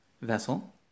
vessel